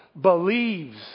believes